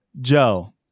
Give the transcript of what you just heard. Joe